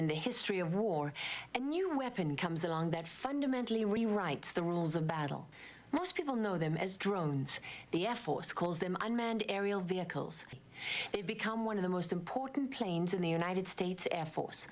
in the history of war a new weapon comes along that fundamentally rewrites the rules of battle most people know them as drones the air force calls them unmanned aerial vehicles they become one of the most important planes in the united states a